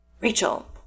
Rachel